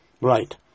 Right